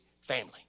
family